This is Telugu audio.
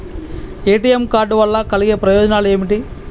ఏ.టి.ఎమ్ కార్డ్ వల్ల కలిగే ప్రయోజనాలు ఏమిటి?